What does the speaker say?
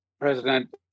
president